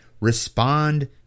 respond